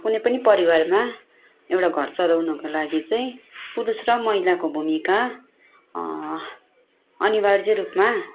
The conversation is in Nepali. कुनै पनि परिवारमा एउटा घर चलाउनुको लागि चैँ पुरुष र महिलाको भूमिका अनिवार्य रूपमा